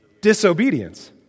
disobedience